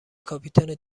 کاپیتان